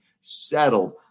settled